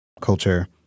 culture